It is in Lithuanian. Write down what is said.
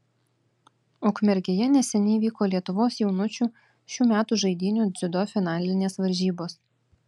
ukmergėje neseniai vyko lietuvos jaunučių šių metų žaidynių dziudo finalinės varžybos